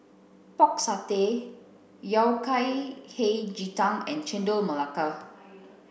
pork satay yao kai hei ji tang and chendol melaka